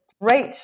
great